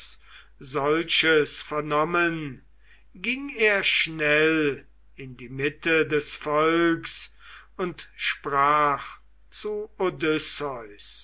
solches vernommen ging er schnell in die mitte des volks und sprach zu